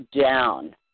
down